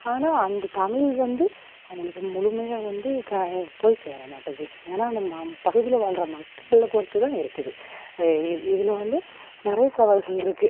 ஆனால் அந்த தமிழ் வந்து அவங்களுக்கு முழுமையா வந்து க போய் சேரமாட்டேங்கு ஏன்னா அந்த ம பகுதியில் வாழுற மக்களை பொறுத்துதான் இருக்குது இ இதில் வந்து நிறைய சவால்கள் இருக்குது